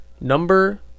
Number